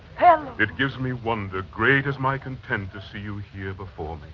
yeah it gives me wonder great as my content to see you here before me.